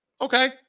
Okay